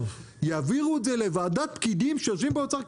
יעבירו את זה לוועדת פקידים שיושבים באוצר,